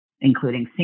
including